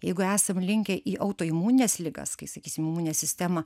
jeigu esam linkę į autoimunines ligas kai sakysim imuninė sistema